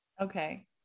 Okay